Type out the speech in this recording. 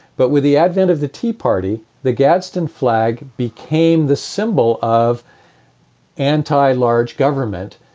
but with the advent of the tea party, the gadsden flag became the symbol of anti large government.